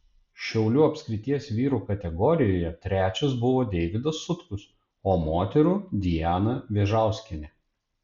šiaulių apskrities vyrų kategorijoje trečias buvo deivydas sutkus o moterų diana vėžauskienė